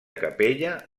capella